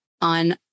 on